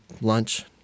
lunch